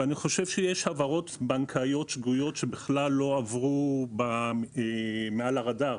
אני חושב שיש העברות בנקאיות שגויות שבכלל לא עברו מעל הרדאר,